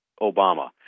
Obama